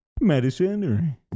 medicine